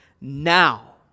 now